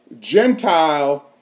Gentile